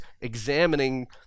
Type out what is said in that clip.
examining